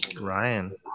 Ryan